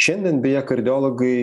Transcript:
šiandien beje kardiologai